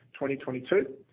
2022